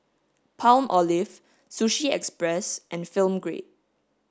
Palmolive Sushi Express and Film Grade